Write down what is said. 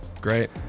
Great